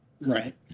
Right